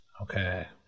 Okay